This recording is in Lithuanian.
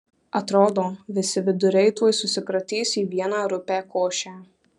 atrodo visi viduriai tuoj susikratys į vieną rupią košę